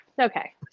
Okay